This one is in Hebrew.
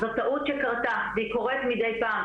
זו טעות שקרתה והיא קורית מדי פעם.